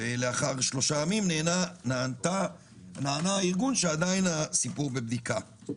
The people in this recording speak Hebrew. לאחר שלושה ימים נענה הארגון שעדיין בסיפור בבדיקה.